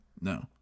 No